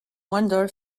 wonder